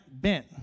bent